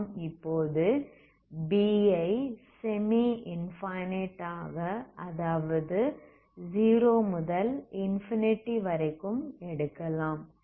நாம் இப்போது B ஐ செமி இன்ஃபனைட் ஆக அதாவது 0 முதல் இன்ஃபினிட்டி வரைக்கும் எடுக்கலாம்